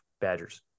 Badgers